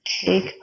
Take